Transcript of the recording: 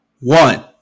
One